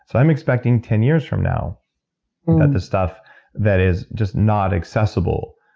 so i'm expecting ten years from now that the stuff that is just not accessible,